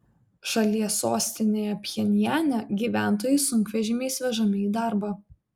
šalies sostinėje pchenjane gyventojai sunkvežimiais vežami į darbą